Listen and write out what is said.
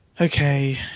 Okay